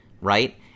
right